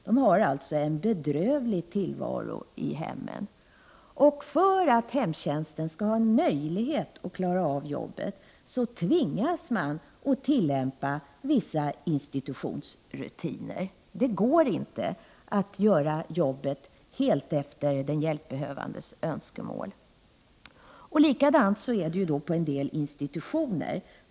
De har alltså en bedrövlig tillvaro i hemmen. För att hemtjänsten skall ha en möjlighet att klara av sitt arbete tvingas de att tillämpa vissa institutionsrutiner. Det går inte att utföra arbetet helt efter den hjälpbehövandes önskemål. Likadant är det på en del institutioner.